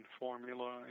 formula